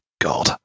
God